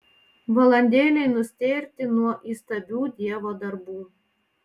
valandėlei nustėrti nuo įstabių dievo darbų